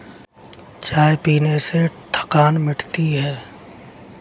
चाय पीने से थकान मिटती है